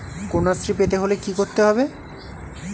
কন্যাশ্রী পেতে হলে কি করতে হবে?